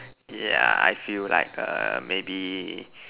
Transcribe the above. yeah I feel like err maybe